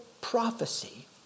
prophecy